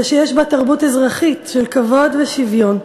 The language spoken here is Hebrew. ושיש בה תרבות אזרחית של כבוד ושוויון.